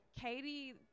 Katie